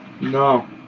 No